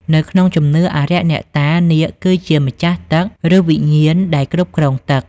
នៅក្នុងជំនឿអារក្សអ្នកតា នាគគឺជា ម្ចាស់ទឹក ឬវិញ្ញាណដែលគ្រប់គ្រងទឹក។